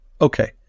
Okay